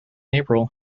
april